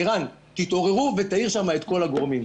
ערן, תתעוררו ותעיר שם את כל הגורמים.